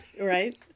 right